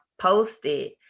posted